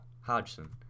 Hodgson